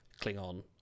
Klingon